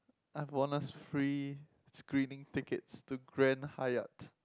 I've won us free screening tickets to grand-hyatt